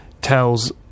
Tells